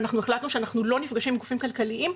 ואנחנו החלטנו שאנחנו לא נפגשים עם גופים כלכליים,